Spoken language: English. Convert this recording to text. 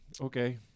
Okay